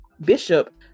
Bishop